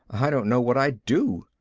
i don't know what i'd do.